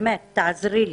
תעזרי לי,